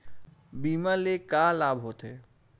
बीमा ले का लाभ होथे?